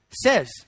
says